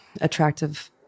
attractive